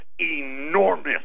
enormous